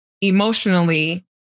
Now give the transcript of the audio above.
emotionally